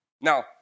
Now